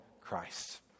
Christ